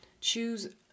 Choose